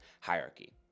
hierarchy